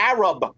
Arab